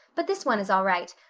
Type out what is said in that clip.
but this one is all right.